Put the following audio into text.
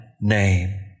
name